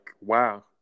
Wow